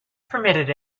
permitted